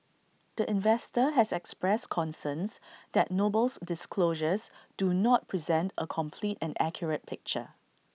the investor has expressed concerns that Noble's disclosures do not present A complete and accurate picture